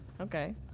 Okay